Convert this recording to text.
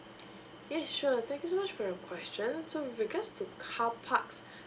yes sure thank you so much for your question so with regards to carparks